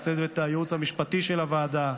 לצוות הייעוץ המשפטי של הוועדה,